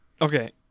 okay